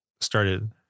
started